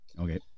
Okay